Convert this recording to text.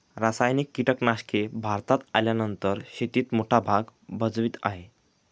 रासायनिक कीटनाशके भारतात आल्यानंतर शेतीत मोठा भाग भजवीत आहे